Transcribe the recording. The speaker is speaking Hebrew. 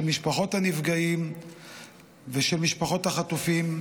של משפחות הנפגעים ושל משפחות החטופים,